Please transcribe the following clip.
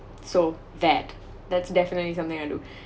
so that that's definitely something I do